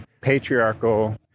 patriarchal